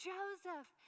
Joseph